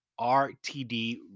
RTD